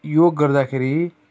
योग गर्दाखेरि